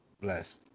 Bless